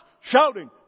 Shouting